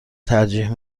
ترجیح